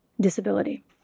disability